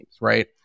right